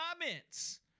comments